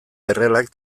errealak